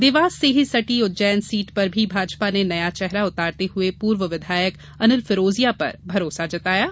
देवास से ही सटी उज्जैन सीट पर भी भाजपा ने नया चेहरा उतारते हुए पूर्व विधायक अनिल फिरोजिया पर भरोसा जताया है